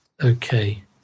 Okay